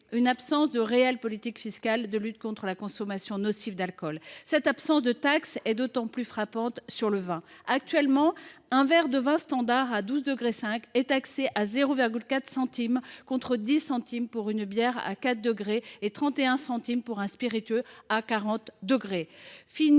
l’absence de réelle politique fiscale de lutte contre la consommation nocive d’alcool. Cette absence de taxe est tout à fait frappante s’agissant du vin. Actuellement, un verre de vin standard à 12,5 degrés est taxé 0,4 centime, contre 10 centimes pour une bière à 4 degrés et 31 centimes pour un spiritueux à 40 degrés.